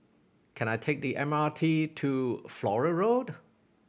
can I take the M R T to Flora Road